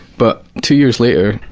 but two years later,